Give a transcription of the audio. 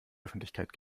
öffentlichkeit